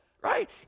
right